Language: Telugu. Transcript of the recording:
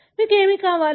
మీకు ఏమి కావాలి